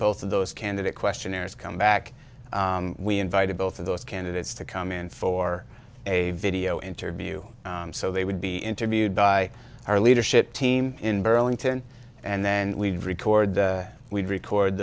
both of those candidate questionnaires comeback we invited both of those candidates to come in for a video interview so they would be interviewed by our leadership team in burlington and then we'd record we'd record